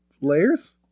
Layers